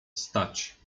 stać